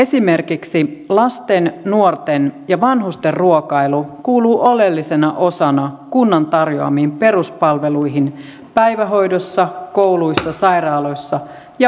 esimerkiksi lasten nuorten ja vanhusten ruokailu kuuluu oleellisena osana kunnan tarjoamiin peruspalveluihin päivähoidossa kouluissa sairaaloissa ja palvelutaloissa